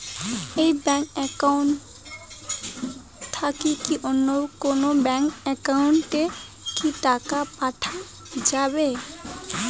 এই bank account থাকি কি অন্য কোনো ব্যাংক একাউন্ট এ কি টাকা পাঠা যাবে?